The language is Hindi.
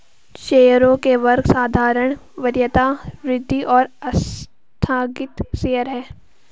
शेयरों के वर्ग साधारण, वरीयता, वृद्धि और आस्थगित शेयर हैं